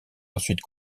ensuite